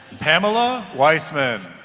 pamela weisman